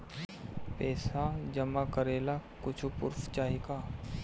पैसा जमा करे ला कुछु पूर्फ चाहि का?